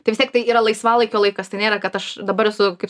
tai vis tiek tai yra laisvalaikio laikas tai nėra kad aš dabar esu kaip